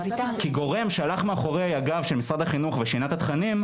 כי גורם שהלך מאחורי הגב של משרד החינוך ושינה את התכנים,